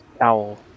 owl